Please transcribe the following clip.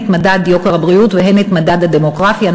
את מדד יוקר הבריאות והן את מדד הדמוגרפיה.